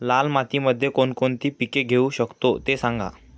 लाल मातीमध्ये कोणकोणती पिके घेऊ शकतो, ते सांगा